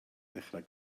dechrau